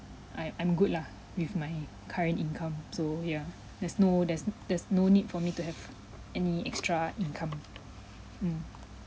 I I'm good lah with my current income so ya there's no there's there's no need for me to have any extra income mm